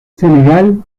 senegal